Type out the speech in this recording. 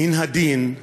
מן הדין,